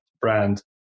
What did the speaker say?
brand